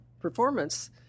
performance